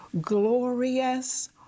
glorious